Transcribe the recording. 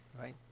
right